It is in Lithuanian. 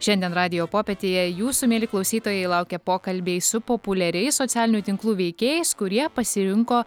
šiandien radijo popietėje jūsų mieli klausytojai laukia pokalbiai su populiariais socialinių tinklų veikėjais kurie pasirinko